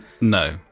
no